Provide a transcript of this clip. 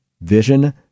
vision